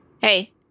Hey